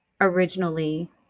originally